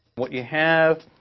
what you have,